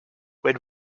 when